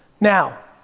now.